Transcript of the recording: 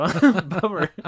Bummer